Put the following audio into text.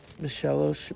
Michelle